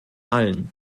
allen